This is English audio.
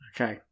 Okay